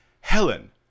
Helen